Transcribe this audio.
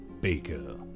Baker